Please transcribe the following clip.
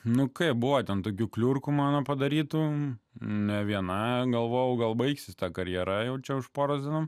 nu kaip buvo ten tokių kliurkių mano padarytų ne viena galvojau gal baigsis ta karjera jaučia už poros dienų